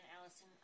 Allison